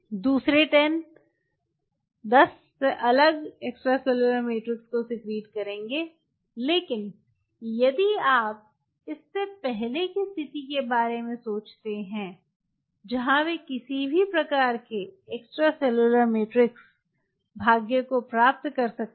दूसरे 10 अलग extracellular matrix को सिक्रीट करेंगे लेकिन यदि आप इससे पहले की स्थिति के बारे में सोचते हैं जहाँ वे किसी भी प्रकार के एक्स्ट्रासेलुलर मैट्रिक्स भाग्य को प्राप्त कर सकते हैं